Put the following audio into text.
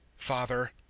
father,